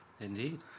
Indeed